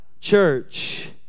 church